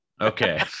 Okay